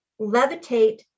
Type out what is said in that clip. levitate